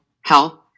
health